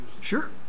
Sure